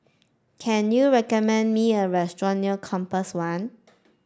can you recommend me a restaurant near Compass One